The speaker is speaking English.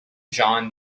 john